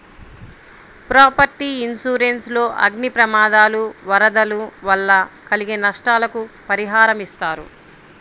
property insurance లో అగ్ని ప్రమాదాలు, వరదలు వల్ల కలిగే నష్టాలకు పరిహారమిస్తారు